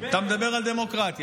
אתה מדבר על דמוקרטיה.